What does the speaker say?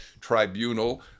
tribunal